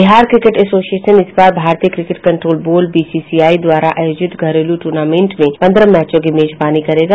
Bihar cricket association इस बार भारतीय क्रिकेट कंट्रोल बोर्ड बीसीसीआई द्वारा आयोजित घरेलू टूर्नामेंट में पन्द्रह मैचों की मेजबानी करेगा